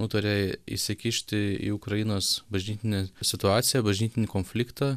nutarė įsikišti į ukrainos bažnytinę situaciją bažnytinį konfliktą